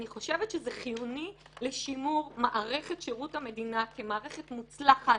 אני חושבת שזה חיוני לשימור מערכת שירות המדינה כמערכת מוצלחת,